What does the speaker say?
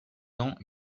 ans